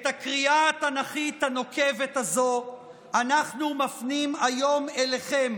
את הקריאה התנ"כית הנוקבת הזו אנחנו מפנים היום אליכם,